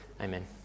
Amen